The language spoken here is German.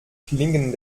klingen